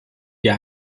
der